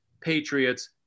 Patriots